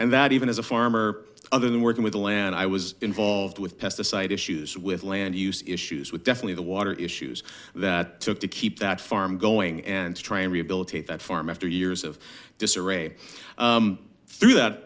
and that even as a farmer other than working with the land i was involved with pesticide issues with land use issues with definitely the water issues that took to keep that farm going and to try and rehabilitate that farm after years of disarray through that